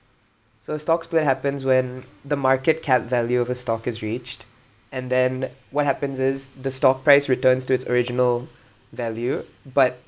so stock split happens when the market cap value of a stock is reached and then what happens is the stock price returns to its original value but